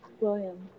William